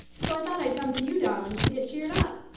so i thought i'd come to you darlings to get cheered up.